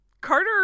Carter